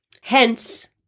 Hence